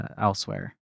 elsewhere